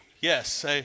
Yes